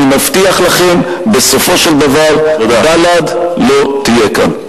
אני מבטיח לכם, בסופו של דבר, בל"ד לא תהיה כאן.